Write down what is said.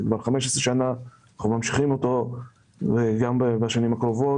כבר 15 שנים ואנחנו ממשיכים אותו גם בשנים הקרובות.